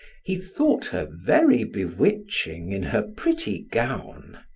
he thought her very bewitching in her pretty gown.